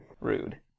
Rude